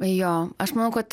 jo aš manau kad